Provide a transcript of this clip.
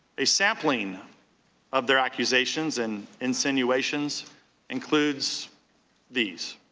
a sampling of their accusations and insinuations includes these